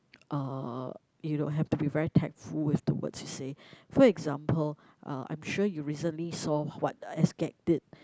uh you know have to be very tactful with the words you say for example uh I'm sure you recently saw what S-gag did